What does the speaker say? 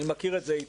אני מכיר את זה היטב,